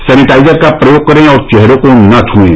sanitiser का प्रयोग करें और चेहरे को न छुएं